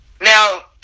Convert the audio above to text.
now